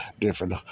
different